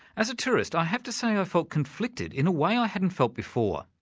as a tourist i have to say i ah felt conflicted in a way i ah hadn't felt before.